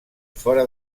fora